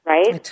Right